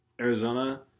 Arizona